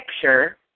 picture